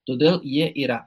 todėl jie yra